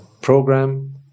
program